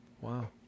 Wow